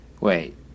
Wait